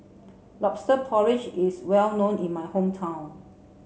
lobster porridge is well known in my hometown